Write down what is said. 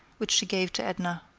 which she gave to edna.